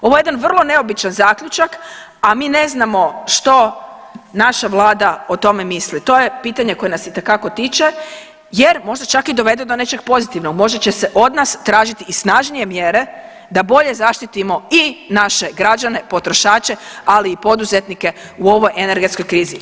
Ovo je jedan vrlo neobičan zaključak, a mi ne znamo što naša vlada o tome misli, to je pitanje koje nas se itekako tiče jer možda čak i dovede do nečeg pozitivnog ...možda će se od nas tražiti i snažnije mjere da bolje zaštitimo i naše građane potrošače, ali i poduzetnike u ovoj energetskoj krizi.